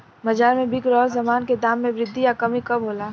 बाज़ार में बिक रहल सामान के दाम में वृद्धि या कमी कब होला?